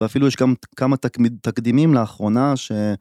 ואפילו יש גם כמה תקדימים לאחרונה ש...